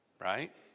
Right